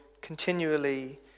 continually